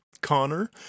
Connor